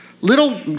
little